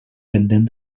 pendent